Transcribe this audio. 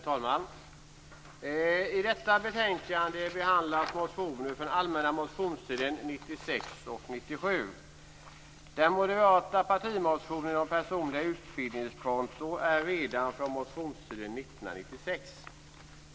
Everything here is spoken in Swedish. Herr talman! I detta betänkande behandlas motioner från allmänna motionstiden 1996 och 1997. Den moderata partimotionen om personliga utbildningskonton är redan från motionstiden 1996.